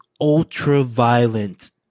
ultra-violent